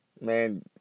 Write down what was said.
Man